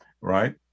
Right